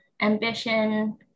ambition